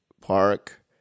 park